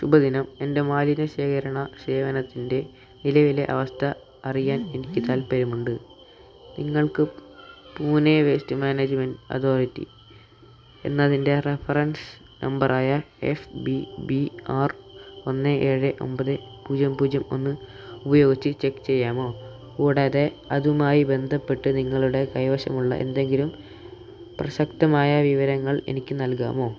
ശുഭദിനം എൻ്റെ മാലിന്യ ശേഖരണ സേവനത്തിൻ്റെ നിലവിലെ അവസ്ഥ അറിയാൻ എനിക്ക് താൽപ്പര്യമുണ്ട് നിങ്ങൾക്ക് പൂനെ വേസ്റ്റ് മാനേജ്മെൻറ്റ് അതോറിറ്റി എന്നതിൻ്റെ റഫറൻസ് നമ്പറായ എഫ് ബി ബി ആർ ഒന്ന് ഏഴ് ഒമ്പത് പൂജ്യം പൂജ്യം ഒന്ന് ഉപയോഗിച്ച് ചെക്ക് ചെയ്യാമോ കൂടാതെ അതുമായി ബന്ധപ്പെട്ട് നിങ്ങളുടെ കൈവശമുള്ള എന്തെങ്കിലും പ്രസക്തമായ വിവരങ്ങൾ എനിക്ക് നൽകാമോ